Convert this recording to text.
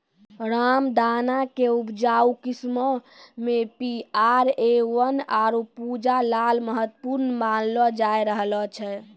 रामदाना के उपजाऊ किस्मो मे पी.आर.ए वन, आरु पूसा लाल महत्वपूर्ण मानलो जाय रहलो छै